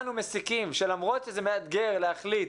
כולנו מסיקים שלמרות שזה מאתגר להחליט